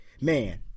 man